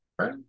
right